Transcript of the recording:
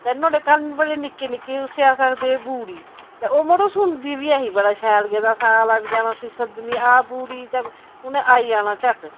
ते नोआढ़े कन्न बड़े निक्के निक्के हे उसी अस आखदे हे बूड़ी ते ओह् मड़ो सुनदी बी ऐही बड़ा शैल गेदा असें आला बी देना उसी सद्दनी आं बूड़ी ते उ'न्नै आई जाना झट्ट